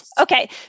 Okay